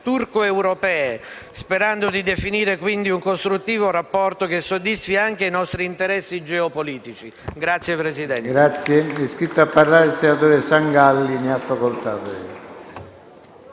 turco-europee, sperando di definire quindi un costruttivo rapporto che soddisfi anche i nostri interessi geopolitici. *(Applausi